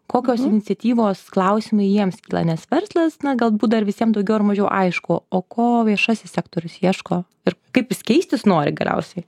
kokios iniciatyvos klausimai jiems kyla nes verslas na galbūt dar visiem daugiau ar mažiau aišku o ko viešasis sektorius ieško ir kaip jis keistis nori galiausiai